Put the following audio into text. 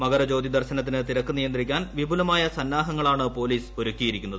മകരജ്യോതി ദർശനത്തിന് തിരക്ക് നിയന്ത്രിക്കാൻ വിപുലമായ സന്നാഹങ്ങളാണ് പോലീസ് ഒരുക്കിയിരിക്കുന്നത്